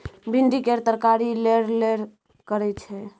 भिंडी केर तरकारी लेरलेर करय छै